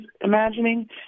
imagining